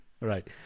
Right